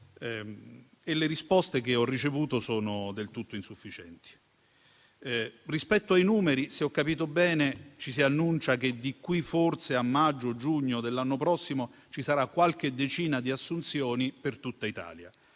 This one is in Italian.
Le risposte che ho ricevuto sono del tutto insufficienti. Rispetto ai numeri, se ho capito bene, ci si annuncia che da qui forse a maggio o giugno dell'anno prossimo ci sarà qualche decina di assunzioni per tutta Italia.